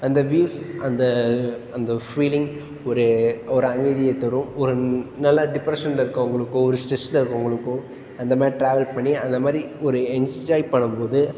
அந்த வ்யூஸ் அந்த அந்த ஃபீலிங் ஒரு ஒரு அமைதியைத் தரும் ஒரு நல்ல டிப்பரஷனில் இருக்கறவங்களுக்கோ ஒரு ஸ்ட்ரெஸ்சில் இருக்கறவங்களுக்கோ அந்த மாதிரி ட்ராவல் பண்ணி அந்த மாதிரி ஒரு என்ஜாய் பண்ணும் போது